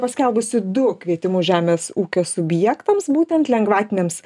paskelbusi du kvietimus žemės ūkio subjektams būtent lengvatinėms